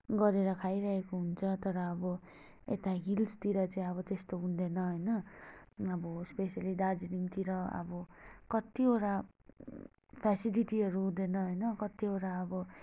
गरेर खाइरहेको हुन्छ तर अब यता हिल्सतिर चाहिँ अब त्यस्तो हुँदैन होइन अब स्पेसली दार्जिलिङतिर अब कतिवटा फेसिलिटीहरू हुँदैन होइन कतिवटा अब